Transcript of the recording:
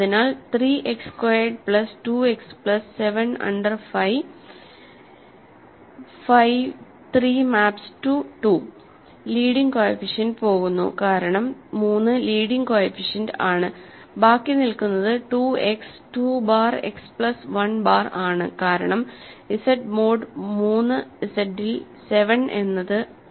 അതിനാൽ 3 x squared plus 2 x plus 7 under phi 3 maps to 2 leading coefficient പോകുന്നു കാരണം 3 leading coefficient ആണ് ബാക്കി നില്കുന്നത് 2 x 2 bar x plus 1 bar ആണ് കാരണം ഇസഡ് മോഡ് 3 ഇസെഡിൽ 7 എന്നത് 1 ആണ്